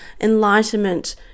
enlightenment